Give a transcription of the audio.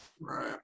Right